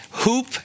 Hoop